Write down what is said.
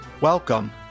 Welcome